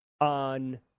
on